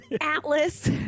Atlas